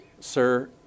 Sir